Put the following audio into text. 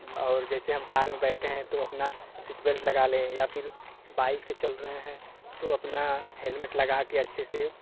और जैसे हम कार में बैठे हैं तो अपना सीट बेल्ट लगा ले या फ़िर बाइक से चल रहे हैं तो अपना हेलमेट लगाकर अच्छे से